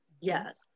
Yes